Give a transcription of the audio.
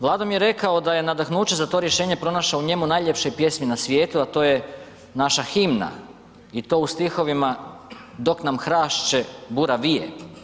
Vlado mi je rekao da je nadahnuće za to rješenje pronašao u njemu u najljepšoj pjesni na svijetu, a to je naša himna i to u stihovima „dok nam hrašće bura vije“